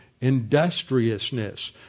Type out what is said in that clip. industriousness